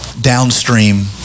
downstream